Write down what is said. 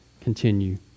continue